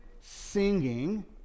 singing